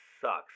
sucks